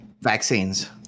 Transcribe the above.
Vaccines